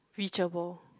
reachable